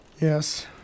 Yes